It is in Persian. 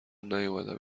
نیومدم